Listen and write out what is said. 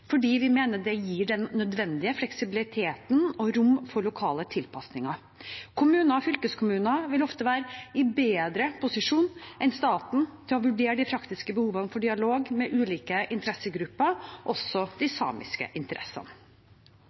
fordi vi mener det gir den nødvendige fleksibiliteten og rom for lokale tilpasninger. Kommuner og fylkeskommuner vil ofte være i bedre posisjon enn staten til å vurdere de praktiske behovene for dialog med ulike interessegrupper, også de samiske interessene.